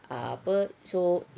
ah apa so